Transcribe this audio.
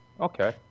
Okay